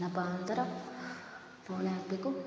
ಏನಪ್ಪಾ ಅಂತರ ಫೋಣೆ ಹಾಕಬೇಕು